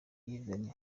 yverry